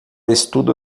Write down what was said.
estudo